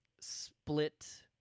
Split